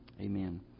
Amen